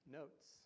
notes